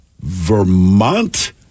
Vermont